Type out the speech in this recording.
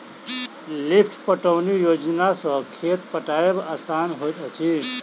lift पटौनी योजना सॅ खेत पटायब आसान होइत अछि